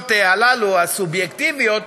התחושות האלה, הסובייקטיביות,